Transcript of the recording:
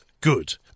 good